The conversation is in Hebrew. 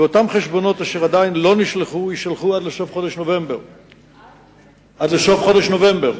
ואותם חשבונות אשר עדיין לא נשלחו יישלחו עד לסוף חודש נובמבר.